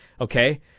Okay